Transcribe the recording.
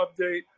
update